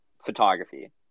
photography